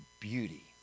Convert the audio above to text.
beauty